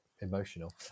emotional